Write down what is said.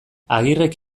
agirrek